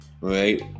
right